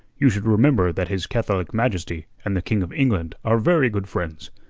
you should remember that his catholic majesty and the king of england are very good friends.